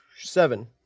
seven